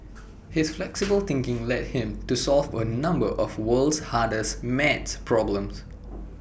his flexible thinking led him to solve A number of world's hardest math problems